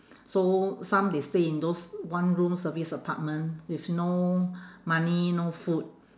so some they stay in those one room service apartment with no money no food